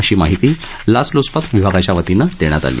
अशी माहिती लाच ल्चपत विभागाच्या वतीने देण्यात आली